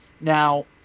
Now